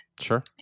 Sure